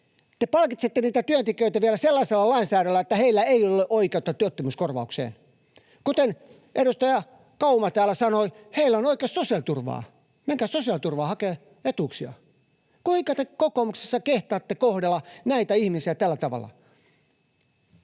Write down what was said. Te palkitsette niitä työntekijöitä vielä sellaisella lainsäädännöllä, että heillä ei ole oikeutta työttömyyskorvaukseen. Kuten edustaja Kauma täällä sanoi, heillä on oikeus sosiaaliturvaan, menkää hakemaan sosiaaliturvaa, etuuksia. Kuinka te kokoomuksessa kehtaatte kohdella näitä ihmisiä tällä tavalla?